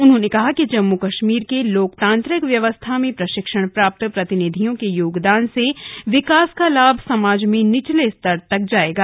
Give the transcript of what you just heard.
उन्होंने कहा कि जम्मू कश्मीर के लोकतांत्रिक व्यवस्था में प्रशिक्षण प्राप्त प्रतिनिधियों के योगदान से विकास का लाभ समाज में निचले स्तर तक जाएगा